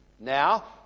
Now